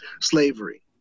slavery